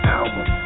album